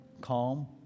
calm